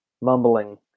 mumbling